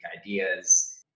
ideas